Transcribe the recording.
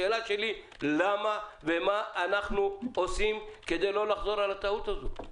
השאלה שלי היא למה ומה אנחנו עושים כדי לא לחזור על הטעות הזאת.